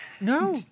No